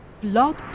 Blog